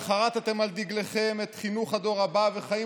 וחרתם על דגלכם את חינוך הדור הבא וחיים